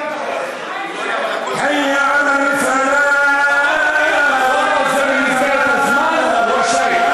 כל עוד זה במסגרת הזמן, הוא רשאי.